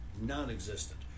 Non-existent